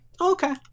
okay